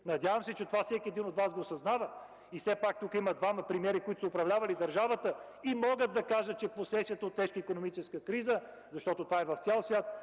Надявам се, че това всеки един от Вас го съзнава. Все пак тука има двама премиери, които са управлявали държавата и могат да кажат, че последствията от тежка икономическа криза, защото това в цял свят,